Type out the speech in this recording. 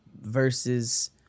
versus